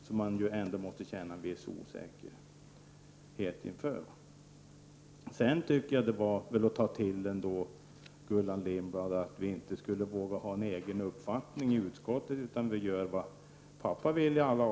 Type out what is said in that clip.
Det måste man känna en viss osäkerhet inför. Det var väl ändå att ta i, Gullan Lindblad, att säga att vi socialdemokrater i utskottet inte skulle ha någon egen uppfattning, utan att vi i alla avseenden gör det som pappa vill.